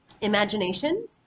imagination